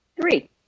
Three